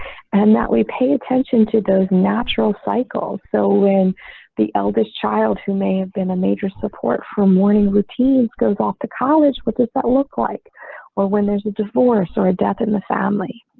and that we pay attention to those natural cycles. so when the eldest child who may have been a major support from morning routines goes off to college. what does that look like or when there's a divorce or a death in the family.